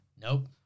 Nope